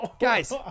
Guys